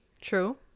True